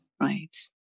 Right